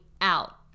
out